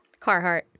Carhartt